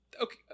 okay